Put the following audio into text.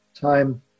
time